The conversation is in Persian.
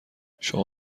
شما